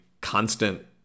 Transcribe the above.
constant